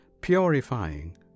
purifying